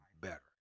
better